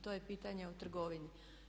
To je pitanje u trgovini.